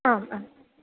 आम् आम्